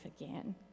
again